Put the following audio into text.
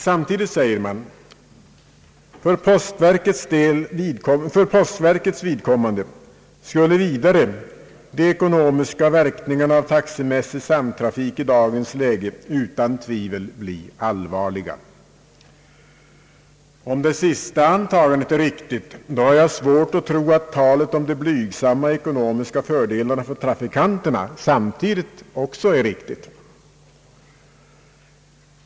Samtidigt säger man: »För postverkets vidkommande skulle vidare de ekonomiska verkningarna av taxemässig samtrafik i dagens läge utan tvivel bli allvarliga.» Är det sista antagandet riktigt, då har jag svårt att tro att talet om de blygsamma ekonomiska fördelarna för trafikanterna samtidigt kan vara riktigt.